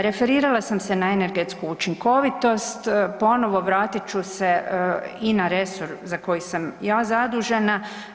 Referirala sam se na energetsku učinkovitost, ponovo vratiti ću se i na resor za koji sam ja zadužena.